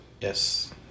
Yes